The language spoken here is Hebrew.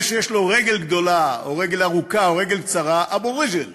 זה שיש לו רגל גדולה או רגל ארוכה או רגל קצרה: אבו רג'ל.